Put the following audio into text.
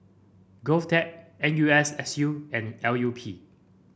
Govtech N U S S U and L U P